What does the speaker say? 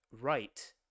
right